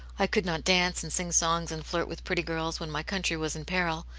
i could not dance and sing songs and flirt with pretty girls, when my country was in peril.